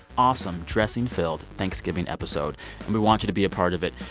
awesome, dressing-filled thanksgiving episode and we want you to be a part of it.